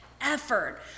effort